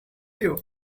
you